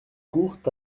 courent